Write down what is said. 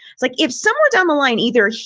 like, if somewhere down the line, either,